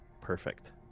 perfect